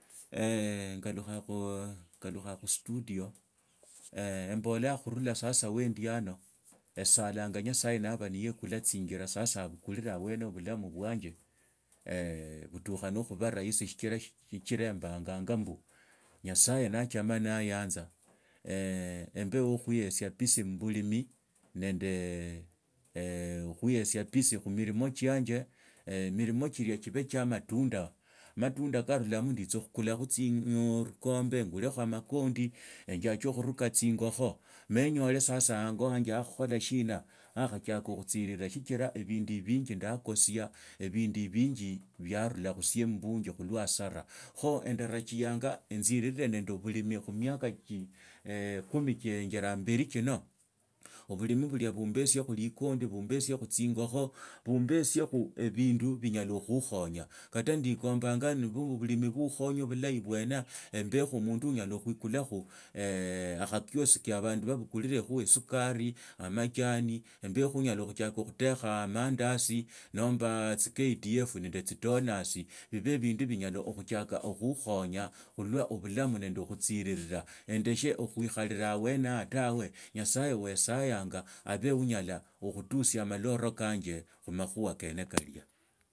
ngalukhaa ngalukhakhu studio embolaa khururaasasa wan di ano, esalanga nyasaye naba niyekula tsingila sasa abukurire abwene yahoo bulamu bwanje, khutukha nikhuba rahisi sichira embanyanga mbu nyasaye naachoma naa yana embe wa khuiyetsia busy mubulimi nende khuiyesi busy khumilimo chianje milimo chilia bibe chia amatunda, matunda karulamo nditsakhu tsingubo, vikombe ngulekho amakondi enjiake khuruka tsingakho me nyole sasa ango wanje bakhakhola shina akhatsiaka okhuchirira, sikira ebindu ebinji ndaakusua ebindu ebinji biarula khusia mubonji khulwa hasara kho endarajianya enzirire nende bulimi khumiaka kumi chienjalaa mbili chino ubulimi bulia buubanzekho likondi buu mbesiekho tsingokho, buumbasiakho ebindu binyala khuukhonya, kata ndiikombanga nibwo bulimi buukhonya bulahi bwana, embekhu omundu onyola khuikulakho okhakioski abandu babukurilakha amandasi nomba kdf nende tsidonatsi bibe ebindu binyala okhutsiaka khuukhonya khulwa obulamu nende okhusirira, endashe khuikharira abwane yahoo tawe nyasaye we sayanga abe onyala okhutusia amarolo kanje, khumakhuha kene kali